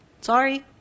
Sorry